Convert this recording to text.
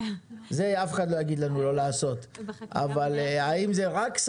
זה אף אחד לא יגיד לנו לא לעשות אבל רק שרה